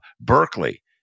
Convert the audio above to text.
Berkeley